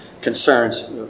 concerns